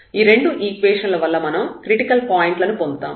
ఈ రెండు ఈక్వేషన్ ల వల్ల మనం క్రిటికల్ పాయింట్లను పొందుతాము